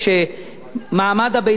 שמעמד הביניים,